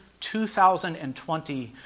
2020